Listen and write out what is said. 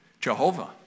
Jehovah